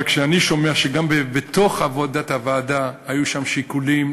אבל אני שומע שגם בעבודת הוועדה היו שיקולים,